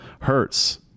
hurts